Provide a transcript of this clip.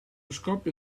scoppio